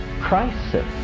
crisis